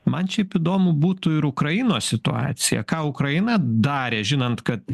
man šiaip įdomu būtų ir ukrainos situacija ką ukraina darė žinant kad